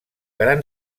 gran